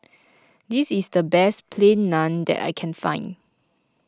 this is the best Plain Naan that I can find